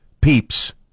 Peeps